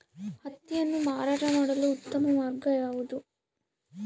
ಹತ್ತಿಯನ್ನು ಮಾರಾಟ ಮಾಡಲು ಉತ್ತಮ ಮಾರ್ಗ ಯಾವುದು?